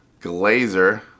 Glazer